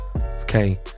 Okay